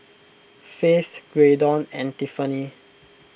Faith Graydon and Tiffanie